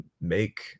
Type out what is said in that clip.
make